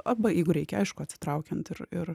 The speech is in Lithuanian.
arba jeigu reikia aišku atsitraukiant ir ir